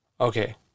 okay